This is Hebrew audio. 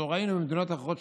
שאותו ראינו במדינות אחרות,